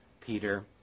Peter